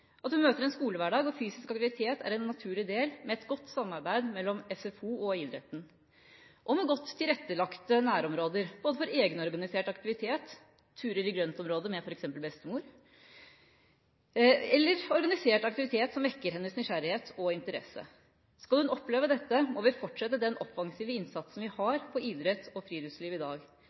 at hun møter en skolehverdag hvor fysisk aktivitet er en naturlig del med et godt samarbeid mellom SFO og idretten, og at godt tilrettelagte nærområder for egenorganisert aktivitet, turer i grøntområder med f.eks. bestemor eller organisert aktivitet vekker hennes nysgjerrighet og interesse. Skal hun oppleve dette, må vi fortsette den offensive interessen vi har for idrett og friluftsliv i dag.